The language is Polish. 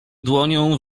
dłonią